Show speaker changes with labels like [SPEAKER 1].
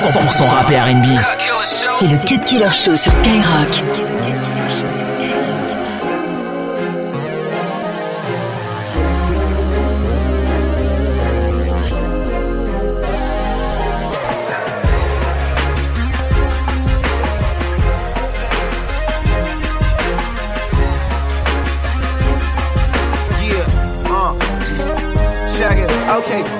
[SPEAKER 1] 100% rap et R&B.
[SPEAKER 2] Cut Killer Show.
[SPEAKER 1] C'est le Cut Killer Show sur Skyrock.
[SPEAKER 3] Yeah, uh, check it. Okay.